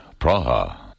Praha